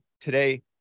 today